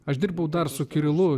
aš dirbau dar su kirilu